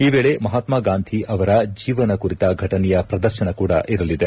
ಈ ವೇಳೆ ಮಹಾತ್ಮ ಗಾಂಧಿ ಅವರು ಜೀವನ ಕುರಿತ ಘಟನೆಯ ಪ್ರದರ್ಶನ ಕೂಡ ಇರಲಿದೆ